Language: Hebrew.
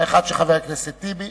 האחת של חבר הכנסת טיבי,